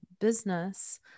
business